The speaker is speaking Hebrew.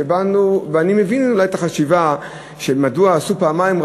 אני מבין אולי את החשיבה מדוע פעמיים.